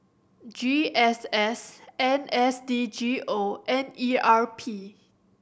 G S S N S D G O and E R P